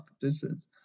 competitions